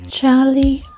Charlie